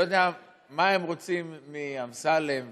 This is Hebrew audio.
אני לא יודע מה הם רוצים מאמסלם ומביטן,